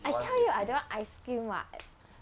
I tell you I don't want ice cream [what]